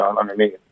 underneath